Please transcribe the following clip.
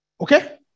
Okay